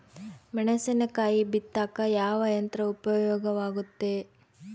ಮೆಣಸಿನಕಾಯಿ ಬಿತ್ತಾಕ ಯಾವ ಯಂತ್ರ ಉಪಯೋಗವಾಗುತ್ತೆ?